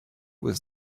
was